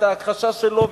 את ההכחשה שלו,